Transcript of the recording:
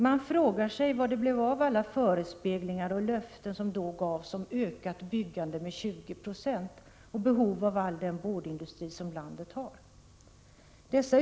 Man frågar sig vad det blev av alla förespeglingar och löften som gavs om ett med 20 20 ökat byggande och med alla de behov av en boardindustri som landet nu skulle ha.